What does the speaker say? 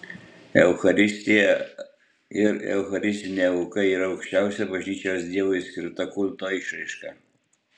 eucharistija ir eucharistinė auka yra aukščiausia bažnyčios dievui skirta kulto išraiška